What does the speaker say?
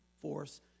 force